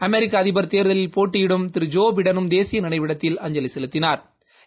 அமெிக்க அதிபா தேர்தலில் போட்டியிடம் திரு ஜோ பிடனும் தேசிய நினைவிடத்தில் அஞ்சலி செலுத்தினாா்